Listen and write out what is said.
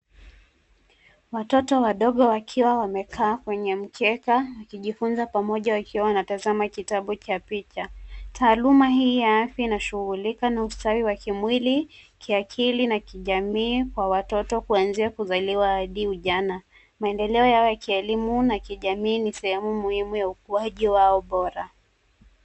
Watoto wadogo wakiwa wamekaa kwenye mkeka wakijifunza pamoja wakiwa wanatazama kitabu cha picha. Taaluma hii ya afya ina shughulika na ustawi wa kimwili, kiakili na kijamii kwa watoto kuanzia kuzaliwa hadi ujana. Maendeleo yao ya kielimu na kijamii ni sehemu muhimu ya ukuaji wao bora.